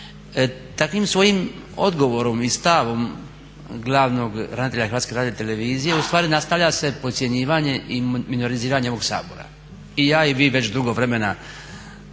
Takvim svojim odgovorom i stavom glavnog ravnatelja HRT-a nastavlja se podcjenjivanje i minoriziranje ovog Sabora. I ja i vi već dugo vremena